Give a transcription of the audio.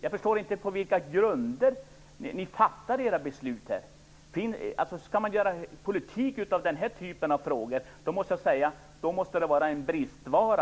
Jag förstår inte på vilka grunder ni fattar era beslut. Om man gör politik av den här typen av frågor måste idéer vara en bristvara.